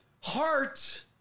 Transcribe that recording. heart